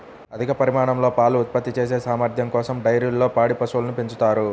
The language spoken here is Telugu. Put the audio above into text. అధిక పరిమాణంలో పాలు ఉత్పత్తి చేసే సామర్థ్యం కోసం డైరీల్లో పాడి పశువులను పెంచుతారు